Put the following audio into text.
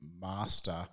master